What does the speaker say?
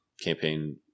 campaign